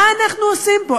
מה אנחנו עושים פה?